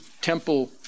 temple